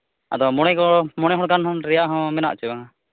ᱟᱫᱚ ᱢᱚᱬᱮ ᱜᱚ ᱢᱚᱬᱮ ᱦᱚᱲ ᱜᱟᱱ ᱨᱮᱭᱟᱜ ᱦᱚᱸ ᱢᱮᱱᱟᱜᱼᱟ ᱪᱮ ᱵᱟᱝᱟ